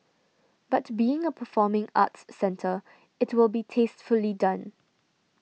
but being a performing arts centre it will be tastefully done